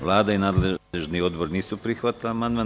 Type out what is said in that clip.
Vlada i nadležni odbor nisu prihvatili amandman.